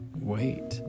wait